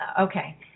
okay